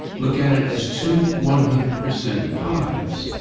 look at it as two one hundred percent pies.